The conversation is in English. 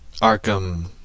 Arkham